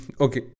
okay